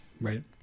Right